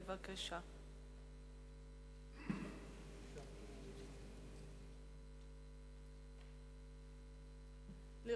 שמספרה 931. בבקשה.